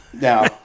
Now